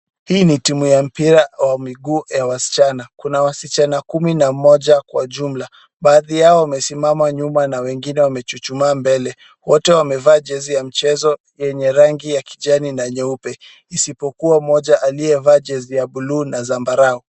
Hii ni timu ya mpira wa miguu ya wasichana. Kuna wasichana kumi na mmoja kwa jumla. Baadhi yao wamesimama nyuma na wengine wamechuchuma mbele. Wote wamevaa jezi ya mchezo yenye rangi ya kijani na nyeupe isipokuwa mmoja aliyevaa jezi ya buluu na zambarao.